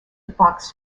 fox